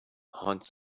haunts